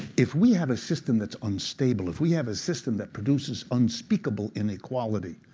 if we have a system that's unstable, if we have a system that produces unspeakable inequality,